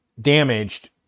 damaged